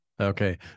Okay